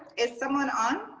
is someone on?